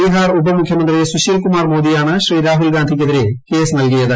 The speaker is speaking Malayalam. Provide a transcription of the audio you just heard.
ബിഹാർ ഉപ മുഖ്യമന്ത്രി സുശീൽകുമാർ മോദിയാണ് ശ്രീ രാഹുൽഗാന്ധിക്കെതിരെ കേസ് നൽകിയത്